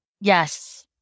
Yes